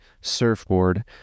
surfboard